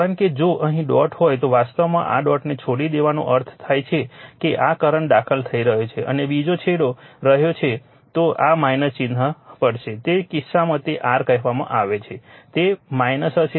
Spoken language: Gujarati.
કારણ કે જો અહીં ડોટ હોય તો વાસ્તવમાં આ ડોટને છોડી દેવાનો અર્થ થાય છે કે આ કરંટ દાખલ થઈ રહ્યો છે અને બીજો છોડી રહ્યો છે તો ચિહ્ન લેવું પડશે તે કિસ્સામાં તેને r કહેવામાં આવે છે તે હશે